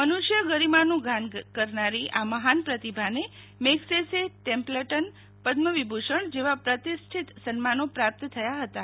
મનુષ્ય ગરિમાનું ગણ કરનારી આ મહાન પ્રતિભાને મેગ્સેસે તેમ્પલ્ન પદ્મવિભૂષણ જેવા પ્રતિષ્ઠિત સન્માનો પ્રાપ્ત થયા હતાં